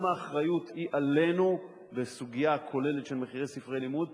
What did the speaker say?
אם האחריות היא עלינו בסוגיה הכוללת של מחירי ספרי לימוד,